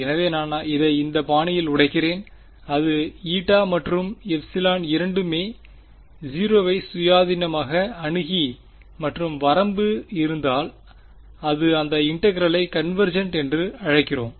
எனவே நான் இதை இந்த பாணியில் உடைக்கிறேன் அது η மற்றும் ε இரண்டுமே 0 ஐ சுயாதீனமாக அணுகி மற்றும் வரம்பு இருந்தால் அது அந்த இன்டெகிரெளை கன்வேர்ஜெண்ட் என்று அழைக்கிறோம்